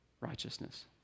righteousness